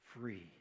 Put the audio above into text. free